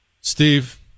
Steve